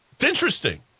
interesting